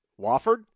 Wofford